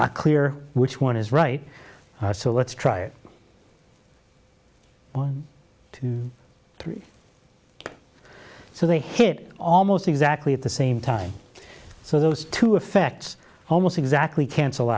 not clear which one is right so let's try it one two three so they hit almost exactly at the same time so those two effects almost exactly cancel